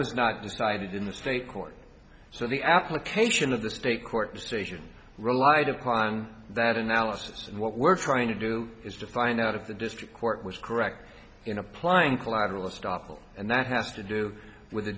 was not decided in the state court so the application of the state court decision relied upon that analysis and what we're trying to do is to find out of the district court was correct in applying collateral estoppel and that has to do with the